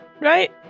right